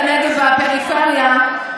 הנגב והפריפריה,